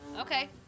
Okay